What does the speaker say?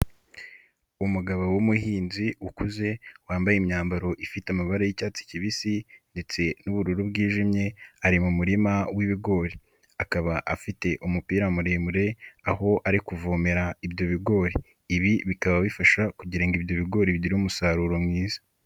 Umugabo w'umuhinzi ukuze wambaye imyambaro ifite amabare y'icyatsi kibisi ndetse n'ubururu bwijimye ari mu murima w'ibigori, akaba afite umupira muremure aho ari kuvomera ibyo bigori, ibi bikaba bifasha kugira ngo ibyo bigori bigire umusaruro mwiza.